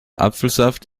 apfelsaft